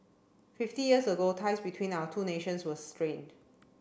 fifty years ago ties between our two nations were strained